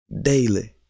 daily